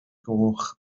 goch